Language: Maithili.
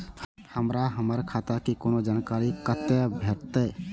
हमरा हमर खाता के कोनो जानकारी कतै भेटतै?